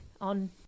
on